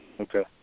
Okay